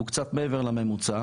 הוא קצת מעבר לממוצע,